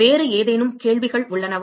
வேறு ஏதேனும் கேள்விகள் உள்ளனவா